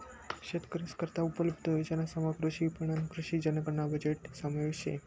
शेतकरीस करता उपलब्ध योजनासमा कृषी विपणन, कृषी जनगणना बजेटना समावेश शे